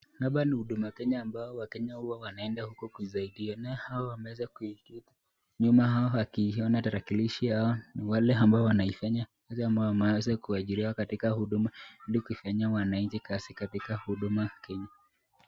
Hapa ni Huduma Kenya ambao wakenya huwa wanaenda huko kusaidiana, hawa wameweza kuiketi nyuma yao wakiona tarakilishi, hawa ni wale ambao wanaifanya, kazi ambao wameeza kuajiliwa katika huduma, ili kuifanyia mwananchi kazi katika Huduma Kenya.